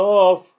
off